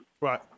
Right